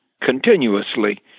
continuously